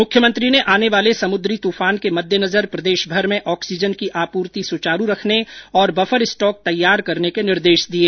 मुख्यमंत्री ने आने वाले समुद्री तूफान के मद्देनजर प्रदेशभर में ऑक्सीजन की आपूर्ति सुचारू रखने और बफर स्टॉक तैयार करने के निर्देश दिए